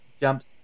Jumps